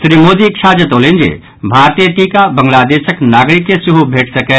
श्री मोदी इच्छा जतौलनि जे भारतीय टीका बांग्लादेशक नागरिक के सेहो भेट सकय